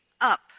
up